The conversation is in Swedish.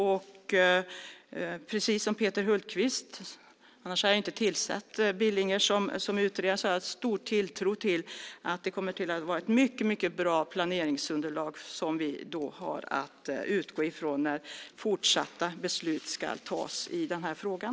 Jag hade inte tillsatt Billinger om jag inte haft stor tilltro till att det blir ett mycket bra planeringsunderlag att utgå från när fortsatta beslut ska tas i frågan.